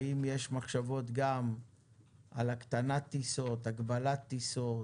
האם יש מחשבות גם על הקטנת טיסות, הגבלת טיסות